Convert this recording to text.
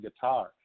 guitar